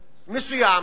מסוים,